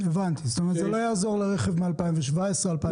הבנתי, זה לא יעזור לרכב מ-2019, 2018,